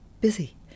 busy